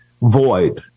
void